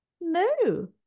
no